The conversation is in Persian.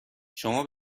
شما